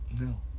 no